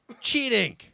cheating